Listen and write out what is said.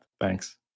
Thanks